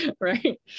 Right